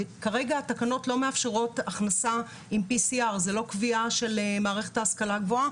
כרגע התקנות לא מאפשרות הכנסה עם PCR. זו לא קביעה של מערכת ההשכלה הגבוהה,